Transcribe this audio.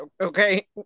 Okay